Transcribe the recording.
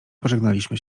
pożegnaliśmy